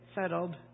settled